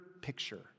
picture